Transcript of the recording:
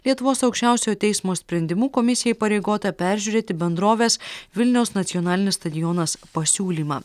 lietuvos aukščiausiojo teismo sprendimu komisija įpareigota peržiūrėti bendrovės vilniaus nacionalinis stadionas pasiūlymą